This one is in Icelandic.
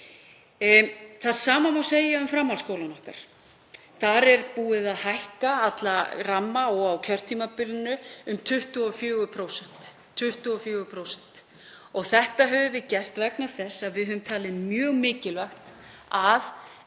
Það sama má segja um framhaldsskólana okkar. Þar er búið að hækka alla ramma á kjörtímabilinu um 24%. Þetta höfum við gert vegna þess að við höfum talið mjög mikilvægt að